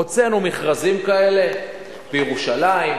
הוצאנו מכרזים כאלה בירושלים,